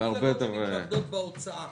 זה נקרא התמקדות בהוצאה